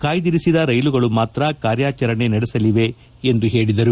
ಕಾಯ್ದಿರಿಸಿದ ರೈಲುಗಳು ಮಾತ್ರ ಕಾರ್ಯಾಚರಣೆ ನಡೆಸಲಿದೆ ಎಂದು ಹೇಳಿದರು